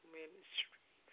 ministry